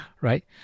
right